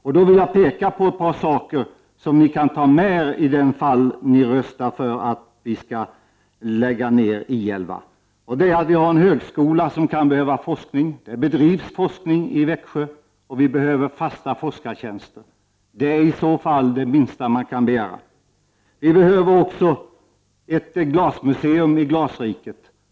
Jag vill peka på ett par saker som ni kan ta med er, ifall ni fattar beslut om att lägga ner I 11. Vi har en högskola i Växjö där det bedrivs forskning. För det behövs fasta forskartjänster. Det är i så fall det minsta man kan begära. Vi behöver också ett glasmuseum i Glasriket.